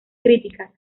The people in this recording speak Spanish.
críticas